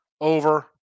Over